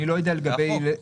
זה החוק.